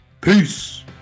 Peace